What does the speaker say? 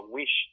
wish